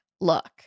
look